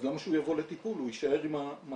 אז למה שהוא יבוא לטיפול, הוא יישאר עם המצב.